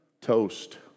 toast